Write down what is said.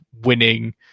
winning